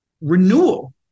renewal